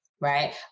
Right